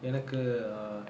எனக்கு:enakku err